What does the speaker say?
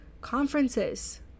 conferences